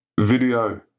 video